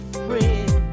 friend